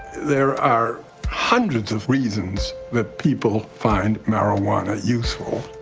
there are hundreds of reasons that people find marijuana useful.